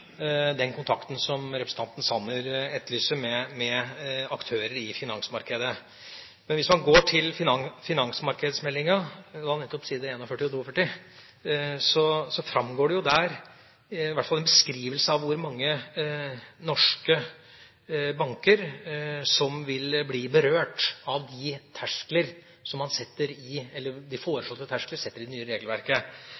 med aktører i finansmarkedet som representanten Sanner etterlyser. Hvis man går til Finansmarknadsmeldinga – jeg oppga nettopp sidene 41 og 42 – framgår det der i hvert fall en beskrivelse av hvor mange norske banker som vil bli berørt av de foreslåtte terskler som man setter i